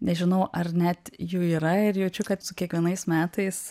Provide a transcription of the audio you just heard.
nežinau ar net jų yra ir jaučiu kad su kiekvienais metais